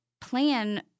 plan